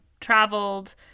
traveled